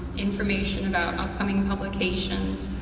information about upcoming and publications.